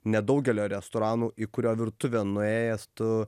nedaugelio restoranų į kurio virtuvę nuėjęs tu